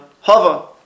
hover